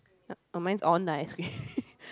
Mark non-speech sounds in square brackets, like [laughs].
uh mine is on the ice cream [laughs]